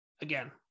again